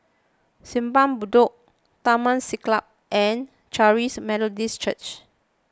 Simpang Bedok Taman Siglap and Charis Methodist Church